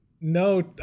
no